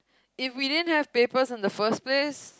if we didn't have papers in the first place